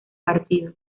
partido